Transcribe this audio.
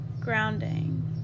grounding